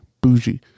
bougie